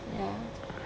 ya